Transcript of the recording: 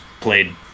played